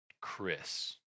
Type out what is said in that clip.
Chris